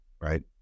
right